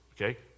Okay